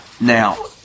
Now